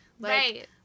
Right